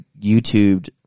YouTubed